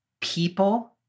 people